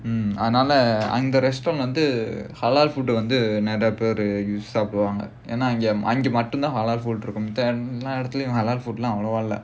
mm அதனால அந்த:adhanaala andha restaurant வந்து:vandhu halal food வந்து நிறைய பேரு சாப்பிடுவாங்க ஏனா அங்க மட்டும்தான்:vandhu niraiya peru saappuduvaanga yaenaa anga mattumthaan halal food இருக்கும்:irukkum